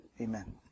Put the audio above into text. amen